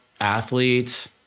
athletes